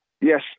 Yes